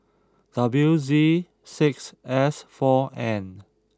W Z six S four N